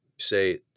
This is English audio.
say